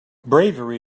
bravery